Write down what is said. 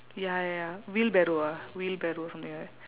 ya ya wheelbarrow ah wheelbarrow something like that